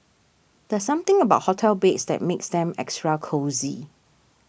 there's something about hotel beds that makes them extra cosy